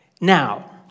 Now